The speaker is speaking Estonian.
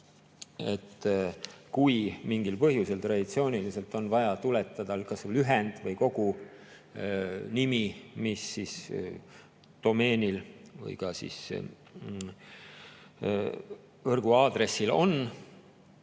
et kui mingil põhjusel traditsiooniliselt on vaja tuletada kas lühend või kogu nimi, mis domeenil või ka võrguaadressil on,